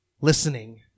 listening